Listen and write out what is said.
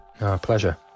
Pleasure